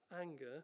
anger